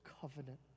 covenant